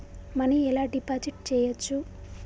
Money ఎలా deposit చేయచ్చు?